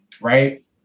right